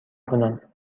کنم